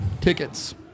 tickets